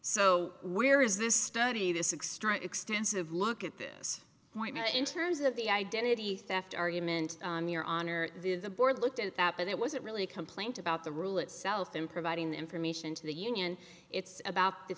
so where is this study this extra extensive look at this point in terms of the identity theft argument your honor the board looked at but it wasn't really a complaint about the rule itself in providing information to the union it's about the